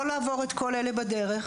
לא לעבור את כל אלה בדרך,